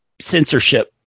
censorship